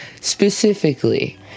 specifically